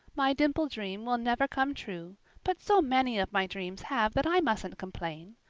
my dimple-dream will never come true but so many of my dreams have that i mustn't complain.